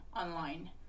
online